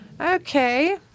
Okay